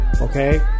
okay